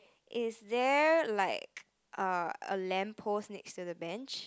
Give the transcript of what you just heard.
is there like uh a lamp post next to the bench